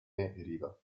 herido